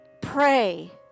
Pray